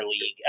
league